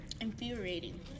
infuriating